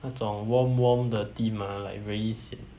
那种 warm warm 的 theme ah like very sian